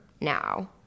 now